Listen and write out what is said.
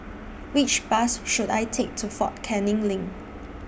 Which Bus should I Take to Fort Canning LINK